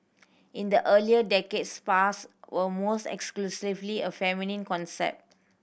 in the earlier decades spas were almost exclusively a feminine concept